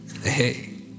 hey